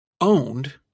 owned